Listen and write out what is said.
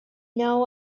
now